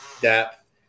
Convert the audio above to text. depth